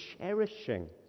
cherishing